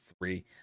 three